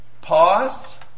pause